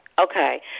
Okay